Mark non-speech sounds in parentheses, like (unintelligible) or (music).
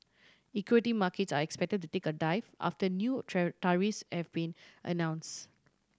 equity markets are expected to take a dive after new (unintelligible) tariffs have been announce